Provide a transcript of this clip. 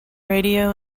radio